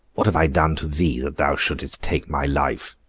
what have i done to thee that thou shouldest take my life